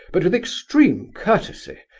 but with extreme courtesy,